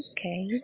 Okay